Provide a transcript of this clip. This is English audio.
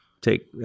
take